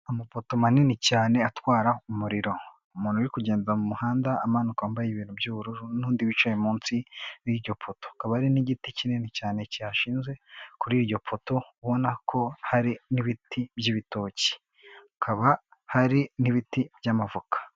Amapoto manini cyane atwara umuriro, umuntu uri kugenda mu muhanda amanuka wambaye ibintu by'ubururu n'undi wicaye munsi y'iryo poto, hakaba hari n'igiti kinini cyane cyashinze kuri iryo poto, ubona ko hari n'ibiti by'ibitoki, hakaba hari n'ibiti by'amavoka.